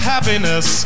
Happiness